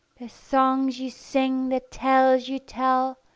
the songs you sing, the tales you tell,